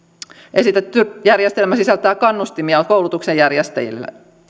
esitetty järjestelmä sisältää kannustimia koulutuksen järjestäjille